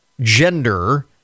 gender